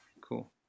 Cool